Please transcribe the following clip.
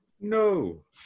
No